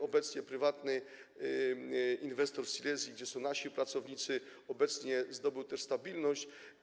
Obecnie prywatny inwestor z Silesii, gdzie są nasi pracownicy, zdobył też stabilność.